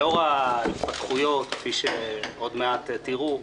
לאור ההתפתחויות כפי שעוד מעט תשמעו,